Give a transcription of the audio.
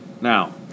Now